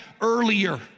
earlier